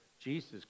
Jesus